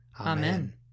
Amen